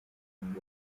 hanze